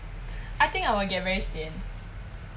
I think I will get very sian